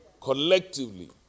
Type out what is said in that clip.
collectively